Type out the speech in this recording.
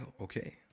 okay